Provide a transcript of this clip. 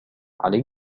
علي